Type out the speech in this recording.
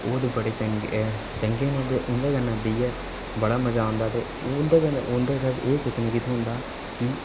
ओह् ते बड़े चंगे न मतलब उं'दे कन्नै बेहियै बड़ा मजा औंदा उं'दे कोला एह् सिक्खने गी लभदा कि